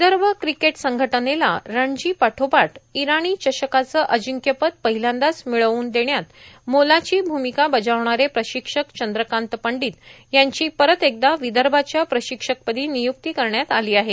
Vidarbha cricket संघटनेला रणजी पाठोपाठ इराणी चषकाचं अजिंक्यपद पहिल्यांदाच मिळवून देण्यात मोलाची भूमिका बजावणारे प्रशिक्षक चंद्रकांत पंडित यांची परत एकदा विदर्भाच्या प्रशिक्षकपदी नियुक्ती करण्यात आली आहे